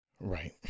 Right